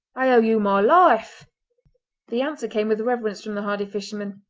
i owe you my life the answer came with reverence from the hardy fisherman,